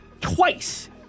twice